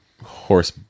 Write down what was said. horse